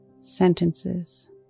sentences